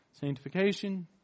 sanctification